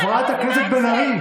חברת הכנסת בן ארי,